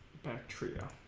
bacteria